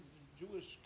Jewish